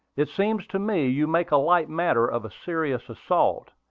it seems to me you make a light matter of a serious assault,